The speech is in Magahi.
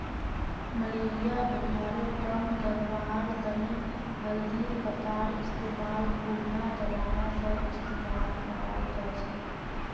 मलेरिया बुखारक कम करवार तने हल्दीर पत्तार इस्तेमाल पुरना जमाना स इस्तेमाल कराल जाछेक